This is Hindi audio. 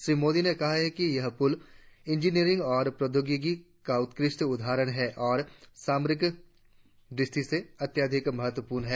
श्री मोदी ने कहा कि यह पुल इंजीनियरिंग और प्रौद्योगिकी का उत्कृष्ट उदाहरण है और सामरिक दृष्टि से अत्याधिक महत्वपूर्ण है